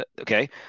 okay